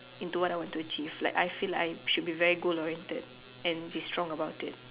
into what I want to achieve like I feel like I should be very good oriented and be strong about it